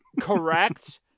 correct